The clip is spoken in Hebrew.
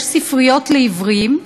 יש ספריות לעיוורים,